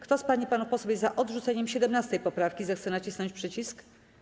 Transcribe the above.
Kto z pań i panów posłów jest za odrzuceniem 17. poprawki, zechce nacisnąć przycisk.